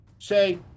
Say